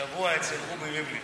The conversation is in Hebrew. השבוע אצל רובי ריבלין.